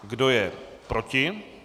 Kdo je proti?